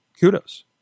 kudos